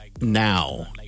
now